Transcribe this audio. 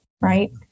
right